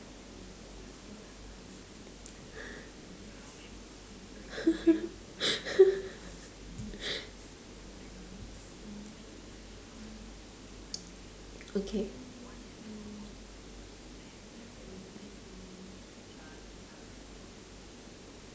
okay